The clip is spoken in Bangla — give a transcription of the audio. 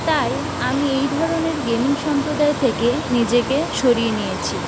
তাই আমি এই ধরণের গেমিং সম্প্রদায় থেকে নিজেকে সরিয়ে নিয়েছি